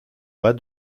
bas